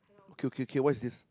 okay okay okay what is this